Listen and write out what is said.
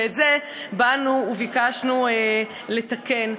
ואת זה באנו וביקשנו לתקן.